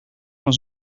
van